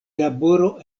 laboro